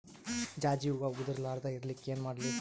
ಜಾಜಿ ಹೂವ ಉದರ್ ಲಾರದ ಇರಲಿಕ್ಕಿ ಏನ ಮಾಡ್ಲಿ?